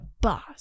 boss